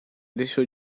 deixou